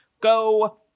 go